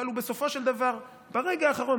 אם הוא בסופו של דבר ברגע האחרון,